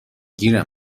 گیرم